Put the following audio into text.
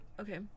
Okay